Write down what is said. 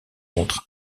contre